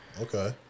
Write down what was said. Okay